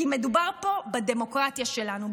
כי מדובר מה פה בדמוקרטיה שלנו,